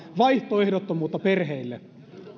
vaihtoehdottomuutta perheille